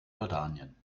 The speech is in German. jordanien